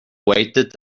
waited